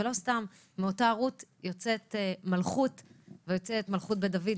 ולא סתם: מאותה רות יוצאת מלכות בית דוד,